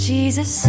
Jesus